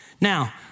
Now